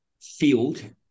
field